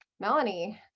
Melanie